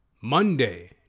Monday